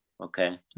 okay